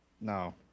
No